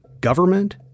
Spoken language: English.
government